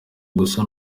gusa